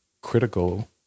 critical